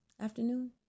afternoon